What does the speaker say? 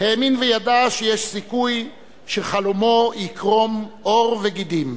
האמין וידע שיש סיכוי שחלומו יקרום עור וגידים.